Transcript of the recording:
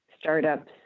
Startups